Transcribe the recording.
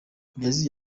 yagize